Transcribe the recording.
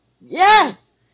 Yes